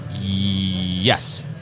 Yes